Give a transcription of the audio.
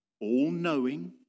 all-knowing